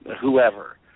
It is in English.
whoever